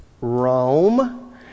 Rome